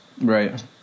right